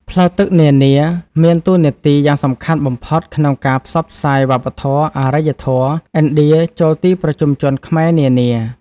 ផ្លូវទឹកនានា មានតួនាទីយ៉ាងសំខាន់បំផុត ក្នុងការផ្សព្វផ្សាយ វប្បធម៌ អារ្យធម៌ ឥណ្ឌាចូលទីប្រជុំជនខ្មែរនានា ។